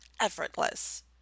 effortless